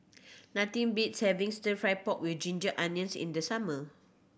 nothing beats having Stir Fry pork with ginger onions in the summer